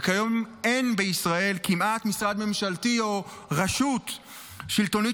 וכיום אין כמעט בישראל משרד ממשלתי או רשות שלטונית,